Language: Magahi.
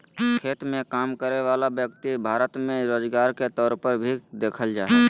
खेत मे काम करय वला व्यक्ति भारत मे रोजगार के तौर पर भी देखल जा हय